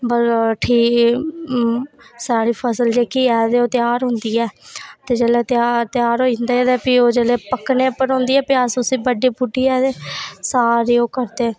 साढ़ी फसल जेह्की ऐ ते तैयार होंदी ऐ ते जेल्लै त्यार होई जंदे ते प्ही ओह् जेल्लै पक्कने उप्पर होंदी ऐ फ्ही अ सी बढ़ी बुढियै ते सारे ओह् करदे